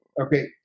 Okay